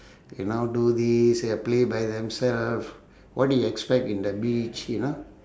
K now do this ya play by themselves what do you expect in the beach you know